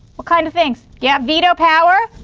what kind of things? yeah, veto power,